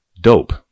Dope